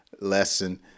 lesson